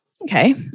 okay